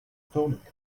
stomach